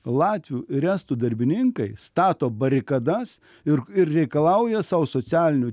latvių ir estų darbininkai stato barikadas ir ir reikalauja sau socialinių